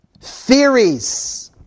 theories